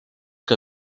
que